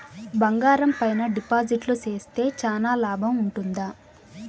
బంగారం పైన డిపాజిట్లు సేస్తే చానా లాభం ఉంటుందా?